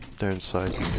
the inciting